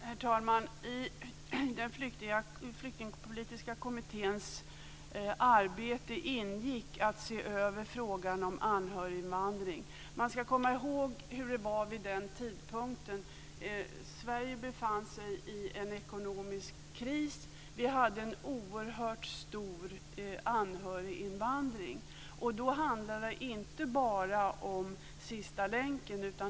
Herr talman! I den flyktingpolitiska kommitténs arbete ingick att se över frågan om anhöriginvandring. Man ska komma ihåg hur det var vid den tidpunkten. Sverige befann sig i en ekonomisk kris, och vi hade en oerhört stor anhöriginvandring. Då handlade det inte bara om sista länken.